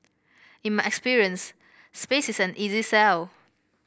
in my experience space is an easy sell